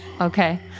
Okay